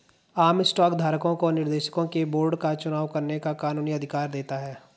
आम स्टॉक धारकों को निर्देशकों के बोर्ड का चुनाव करने का कानूनी अधिकार देता है